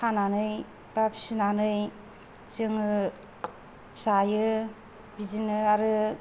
खानानै बा फिसिनानै जोङो जायो बिदिनो आरो